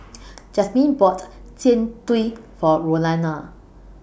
Jazmyn bought Jian Dui For Rolanda